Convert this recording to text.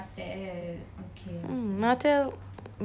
mm martell with mm red bull